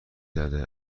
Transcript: زده